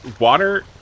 water